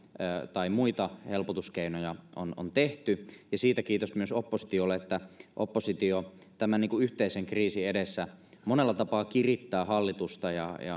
tai muita helpotuskeinoja on tehty ja siitä kiitos myös oppositiolle että oppositio tämän yhteisen kriisin edessä monella tapaa kirittää hallitusta